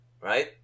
Right